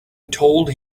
told